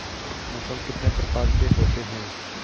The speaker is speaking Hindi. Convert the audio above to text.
मौसम कितने प्रकार के होते हैं?